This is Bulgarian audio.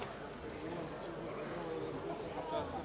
Благодаря